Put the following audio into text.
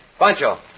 Pancho